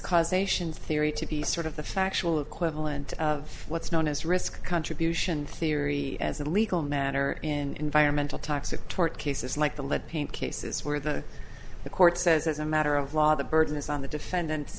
causation theory to be sort of the factual equivalent of what's known as risk contribution theory as a legal manner in mental tax a tort cases like the lead paint cases where the the court says as a matter of law the burden is on the defendant